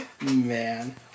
Man